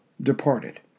departed